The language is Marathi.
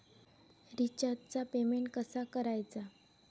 रिचार्जचा पेमेंट कसा करायचा?